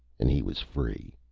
and he was free.